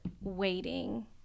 waiting